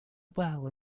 well